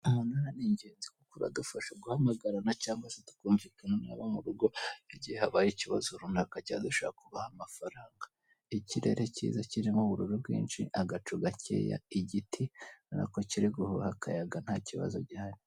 Aha ngaha ni ingenzi kuko hadufasha guhamagara cyangwa se kutumvikana n'abo mu rugo igihe habayemo ikibazo cyanwa dushaka kubaha amafaranga, ikirere kiza kirimo ubururu bwinshi agacu gakeya igiti ubona ko kiriguhuha akayaga ubona ko nta kibazo guhari.